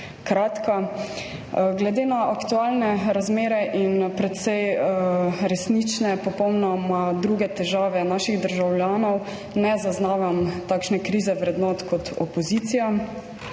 kratka. Glede na aktualne razmere in precej resnične, popolnoma druge težave naših državljanov ne zaznavam takšne krize vrednot kot opozicija.